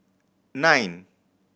nine